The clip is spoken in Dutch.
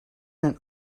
een